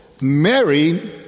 Mary